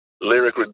lyric